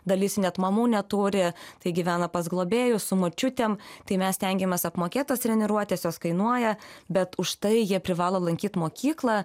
dalis net mamų neturi tai gyvena pas globėjus su močiutėm tai mes stengiamės apmokėt tas treniruotes jos kainuoja bet užtai jie privalo lankyt mokyklą